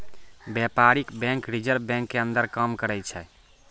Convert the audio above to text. व्यपारीक bank Reserve Bank के अंदर काम करै छै